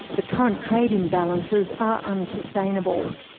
the current trade imbalances are unsustainable.